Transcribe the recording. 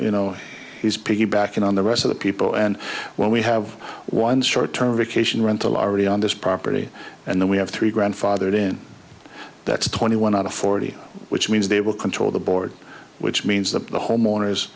you know is piggybacking on the rest of the people and when we have one short term vacation rental already on this property and then we have three grandfathered in that's twenty one out of forty which means they will control the board which means that the homeowners